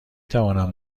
توانم